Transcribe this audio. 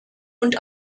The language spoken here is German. und